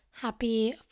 Happy